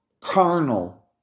carnal